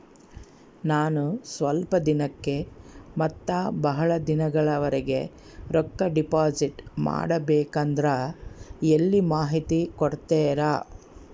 ನಾನು ಸ್ವಲ್ಪ ದಿನಕ್ಕ ಮತ್ತ ಬಹಳ ದಿನಗಳವರೆಗೆ ರೊಕ್ಕ ಡಿಪಾಸಿಟ್ ಮಾಡಬೇಕಂದ್ರ ಎಲ್ಲಿ ಮಾಹಿತಿ ಕೊಡ್ತೇರಾ?